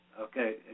Okay